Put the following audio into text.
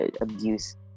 abuse